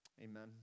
Amen